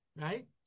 right